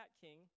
king